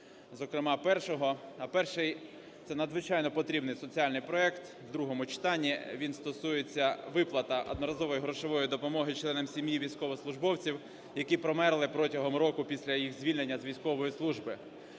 А перший – це надзвичайно потрібний соціальний проект в другому читанні. Він стосується виплат одноразової грошової допомоги членам сім'ї військовослужбовців, які померли протягом року після їх звільнення з військової служби.